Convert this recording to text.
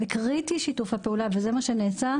שיתוף הפעולה הוא קריטי,